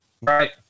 Right